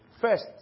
First